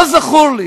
לא זכור לי